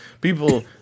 people